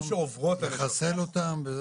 לחסל אותן.